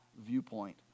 viewpoint